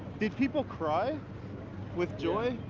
did people cry with joy?